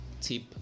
tip